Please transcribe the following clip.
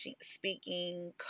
speaking